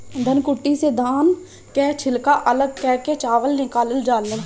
धनकुट्टी से धान कअ छिलका अलग कअ के चावल निकालल जाला